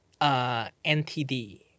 NTD